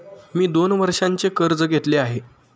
मी दोन वर्षांचे कर्ज घेतले आहे